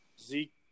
Zeke